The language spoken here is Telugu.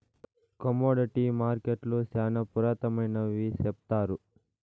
కమోడిటీ మార్కెట్టులు శ్యానా పురాతనమైనవి సెప్తారు